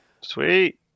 Sweet